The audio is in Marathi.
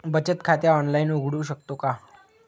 बचत खाते ऑनलाइन उघडू शकतो का?